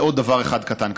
זה עוד דבר אחד קטן כזה.